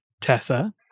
Tessa